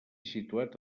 situat